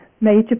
major